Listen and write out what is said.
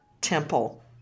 Temple